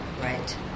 Right